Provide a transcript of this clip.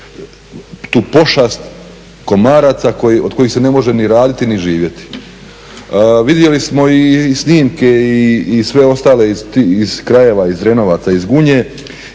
tu pošast komaraca od kojih se ne može ni raditi ni živjeti. Vidjeli smo i snimke i sve ostale iz krajeva, iz Drenovaca, iz Gunje